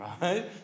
right